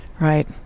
Right